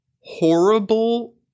horrible